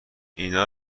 اینا